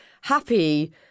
happy